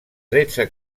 tretze